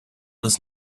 does